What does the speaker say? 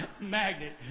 magnet